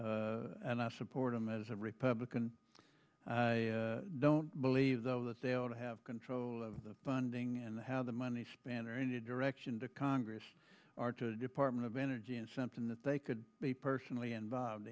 and i support him as a republican i don't believe though that they ought to have control of the funding and how the money span or any direction to congress are to the department of energy and something that they could be personally involved